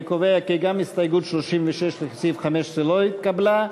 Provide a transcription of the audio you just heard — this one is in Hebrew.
אני קובע כי גם הסתייגות 36 לסעיף 15 לא התקבלה.